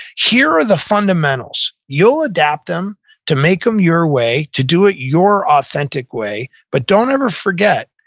here are the fundamentals. you'll adapt them to make them your way, to do it your authentic way, but don't ever forget,